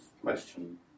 question